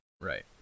Right